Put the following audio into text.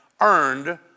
earned